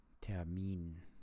Termin